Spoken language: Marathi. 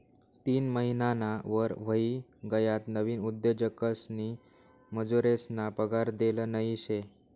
तीन महिनाना वर व्हयी गयात नवीन उद्योजकसनी मजुरेसना पगार देल नयी शे